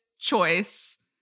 choice